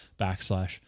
backslash